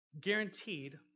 guaranteed